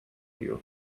you